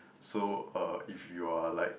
so if you are like